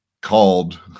called